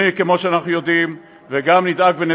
להכריע את החמאס,